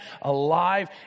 alive